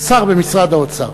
שר במשרד האוצר.